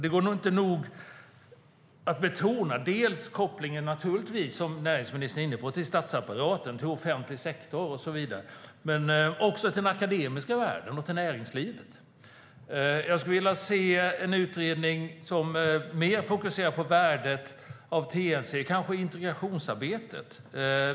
Det går inte att nog betona, som näringsministern är inne på, kopplingen till statsapparaten, till offentlig sektor och så vidare men också till den akademiska världen och näringslivet. Jag skulle vilja se en utredning som mer fokuserar på värdet av TNC i integrationsarbetet.